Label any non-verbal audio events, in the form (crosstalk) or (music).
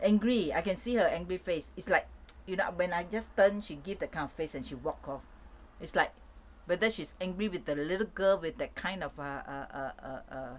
angry I can see her angry face is like (noise) when I just turned she give the kind of face then she walk off is like whether she's angry with the little girl with that kind of err err err